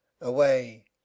away